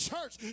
Church